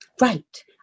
Right